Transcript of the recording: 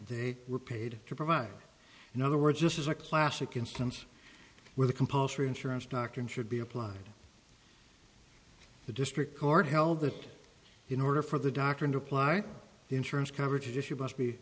they were paid to provide in other words this is a classic instance where the compulsory insurance doctrine should be applied to the district court held that in order for the doctor to apply the insurance coverage issue must be